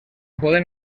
poden